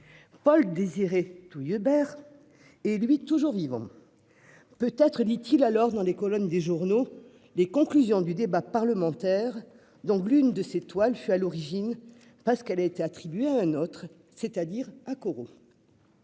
Paul-Désiré Trouillebert, lui, est toujours vivant. Peut-être lit-il alors, dans les colonnes des journaux, les conclusions du débat parlementaire, dont l'une de ses toiles fut à l'origine, parce qu'elle avait été attribuée à un autre, à savoir à Corot.